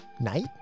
night